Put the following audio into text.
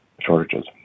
shortages